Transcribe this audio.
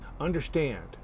understand